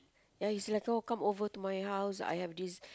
ya he said like oh come over to my house I have this